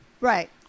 Right